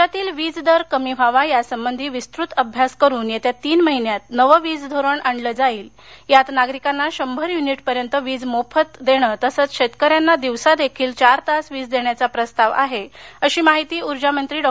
राज्यातील वीज दर कमी व्हावा यासंबंधी विस्तृत अभ्यास करून येत्या तीन महिन्यात नवे वीज धोरण आणले जाईल यात नागरिकांना शंभर यूनिट पर्यंत वीज मोफत देण तसंच शेतकऱ्यांना दिवसादेखील चार तास वीज देण्याचा प्रस्ताव आहे अशी माहिती ऊर्जामंत्री डॉ